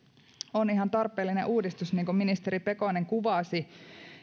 on ihan tarpeellinen uudistus niin kuin ministeri pekonen kuvasi